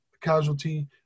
casualty